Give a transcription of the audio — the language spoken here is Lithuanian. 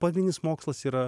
pagrindinis mokslas yra